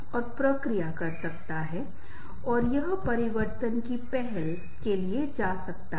ऐसे कई लक्षण हैं जो रिश्तों को परिभाषित करने में मदद करते हैं